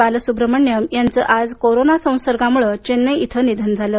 बालसुब्रमण्यम यांचं आज कोरोना संसर्गामुळे चेन्नई इथं निधन झालं